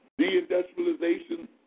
deindustrialization